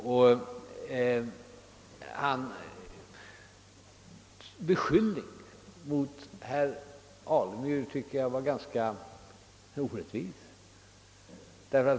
Herr Nordstrandhs beskyllning mot herr Alemyr tycker jag var ganska orättvis.